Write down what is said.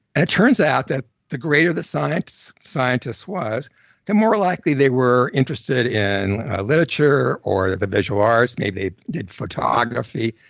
and it turns out that the greater the scientist was the more likely they were interested in literature, or the the visual arts, maybe they did photography,